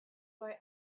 boy